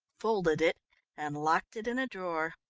folded it and locked it in a drawer.